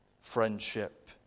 friendship